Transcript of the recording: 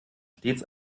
stets